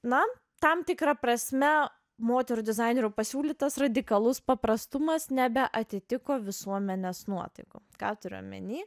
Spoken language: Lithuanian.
na tam tikra prasme moterų dizainerių pasiūlytas radikalus paprastumas nebeatitiko visuomenės nuotaikų ką turiu omeny